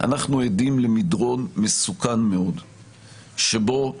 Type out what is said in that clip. עדים למדרון מסוכן מאוד שבו זכויות,